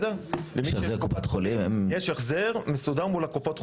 יש החזר של קופת חולים.